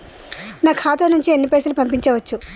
నా ఖాతా నుంచి ఎన్ని పైసలు పంపించచ్చు?